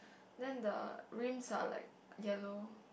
then the rims are like yellow